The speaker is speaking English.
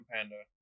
Panda